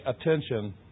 attention